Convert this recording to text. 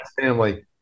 family